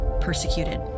persecuted